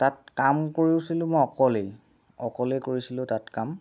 তাত কাম কৰিছিলো মই অকলেই অকলে কৰিছিলো তাত কাম